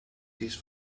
this